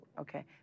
Okay